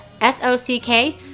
S-O-C-K